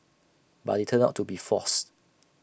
but IT turned out to be false